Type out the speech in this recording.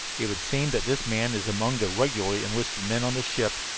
it would seem that this man is among the regularly enlisted men on this ship.